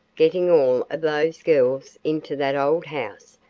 getting all of those girls into that old house,